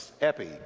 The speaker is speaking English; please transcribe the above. epi